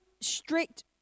strict